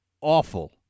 awful